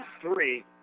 three